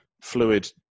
fluid